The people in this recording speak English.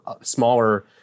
smaller